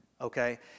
okay